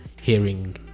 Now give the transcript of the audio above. hearing